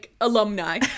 alumni